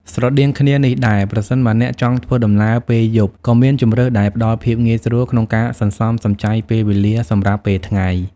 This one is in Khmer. ស្រដៀងគ្នានេះដែរ ប្រសិនបើអ្នកចង់ធ្វើដំណើរពេលយប់ ក៏មានជម្រើសដែលផ្តល់ភាពងាយស្រួលក្នុងការសន្សំសំចៃពេលវេលាសម្រាប់ពេលថ្ងៃ។